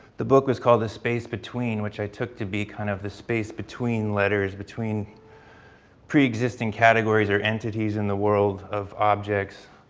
the book was called a space between which i took to be kind of the space between letters, between preexisting categories or entities in the world of objects.